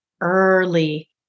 early